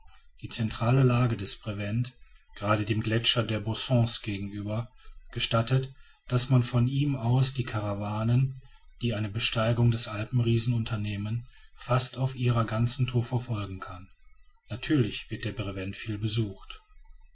die centrale lage des brevent gerade dem gletscher der bossons gegenüber gestattet daß man von ihm aus die karawanen die eine besteigung des alpenriesen unternehmen fast auf ihrer ganzen tour verfolgen kann natürlich wird der brevent viel besucht